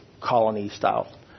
colony-style